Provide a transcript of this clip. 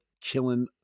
killing